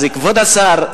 אז כבוד השר,